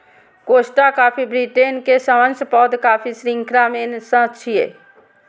Costa coffee Britain के सबसं पैघ कॉफी शृंखला मे सं एक छियै